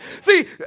See